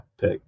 pick